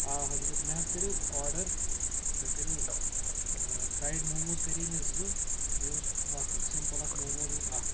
آ حضرت مےٚ حظ کَریاو آرڈر مےٚ کَریاو فرایڈ موموز کَرے مےٚ زٕ بیٚیہِ اوس ہُہ اکھ اکھ سِمپل اکھ موموز اوس اکھ